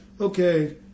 okay